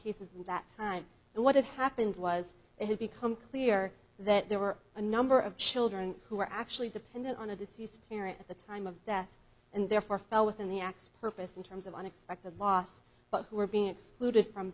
cases that time and what happened was it had become clear that there were a number of children who were actually dependent on a deceased here at the time of death and therefore fell within the x purpose in terms of unexpected loss but who were being excluded from